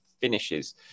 finishes